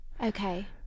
okay